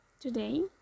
Today